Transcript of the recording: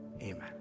amen